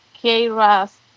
KRAS